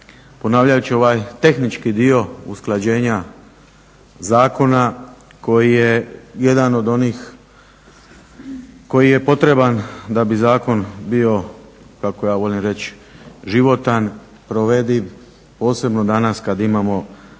ponavljajući ovaj tehnički dio usklađenja zakona koji je jedan od onih koji je potreban da bi zakon bio kako ja volim reći životan, provediv, posebno danas kad imamo dosta